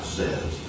says